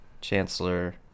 Chancellor